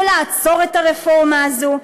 לעצור את הרפורמה הזו,